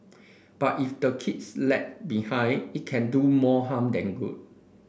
but if the kids lag behind it can do more harm than good